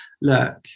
look